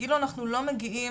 כאילו אנחנו לא מגיעים